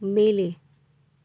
ಮೇಲೆ